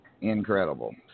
incredible